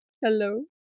Hello